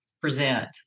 Present